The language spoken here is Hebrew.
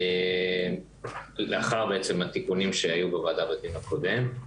לאחר התיקונים שהיו בוועדה בדיון הקודם.